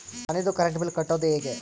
ಮನಿದು current bill ಕಟ್ಟೊದು ಹೇಗೆ?